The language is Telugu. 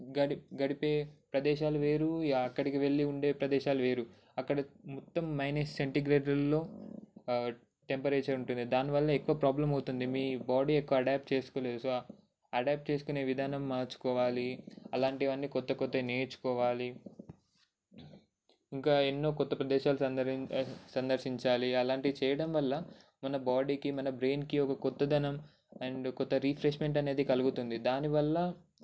గడి గడిపే ప్రదేశాలు వేరు అక్కడికి వెళ్లి ఉండే ప్రదేశాలు వేరు అక్కడ మొత్తం మైనస్ సెంటీగ్రేడ్లో టెంపరేచర్ ఉంటుంది దానివల్ల ఎక్కువ ప్రాబ్లం అవుతుంది మీ బాడీ ఎక్కువ అడాప్ట్ చేసుకోలేదు సో అడాప్ట్ చేసుకునే విధానం మార్చుకోవాలి అలాంటివన్నీ కొత్త కొత్తవి నేర్చుకోవాలి ఇంకా ఎన్నో కొత్త ప్రదేశాలలు సందర్శించ సందర్శించాలి అలాంటి చేయడం వల్ల మన బాడీకి మన బ్రెయిన్కి ఒక కొత్తదనం అండ్ కొత్త రిఫ్రెష్మెంట్ అనేది కలుగుతుంది దానివల్ల